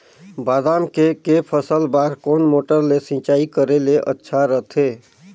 बादाम के के फसल बार कोन मोटर ले सिंचाई करे ले अच्छा रथे?